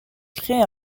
créer